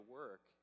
work